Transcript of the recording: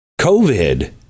COVID